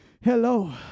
Hello